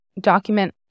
document